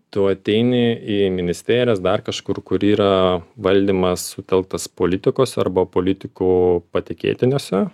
tu ateini į ministerijas dar kažkur kur yra valdymas sutelktas politikos arba politikų patikėtiniuose